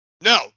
No